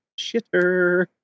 shitter